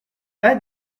pas